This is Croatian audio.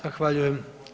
Zahvaljujem.